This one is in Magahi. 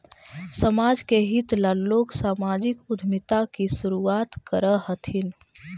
समाज के हित ला लोग सामाजिक उद्यमिता की शुरुआत करअ हथीन